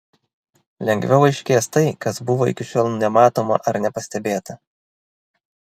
lengviau aiškės tai kas buvo iki šiol nematoma ar nepastebėta